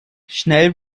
schnell